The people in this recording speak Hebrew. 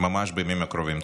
ממש בימים הקרובים.